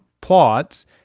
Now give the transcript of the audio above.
plots